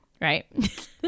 right